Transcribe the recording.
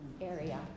area